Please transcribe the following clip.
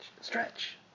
stretch